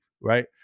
Right